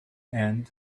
and